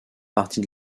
partie